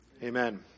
Amen